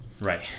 Right